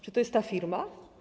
Czy to jest ta firma?